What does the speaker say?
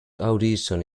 audition